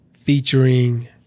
Featuring